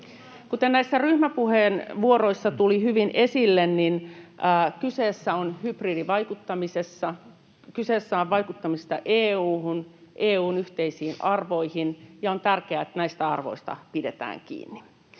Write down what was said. Kuten näissä ryhmäpuheenvuoroissa tuli hyvin esille, kyse on hybridivaikuttamisesta, kyse on vaikuttamisesta EU:hun, EU:n yhteisiin arvoihin, ja on tärkeää, että näistä arvoista pidetään kiinni.